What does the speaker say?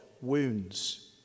wounds